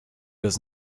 does